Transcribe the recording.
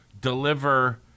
deliver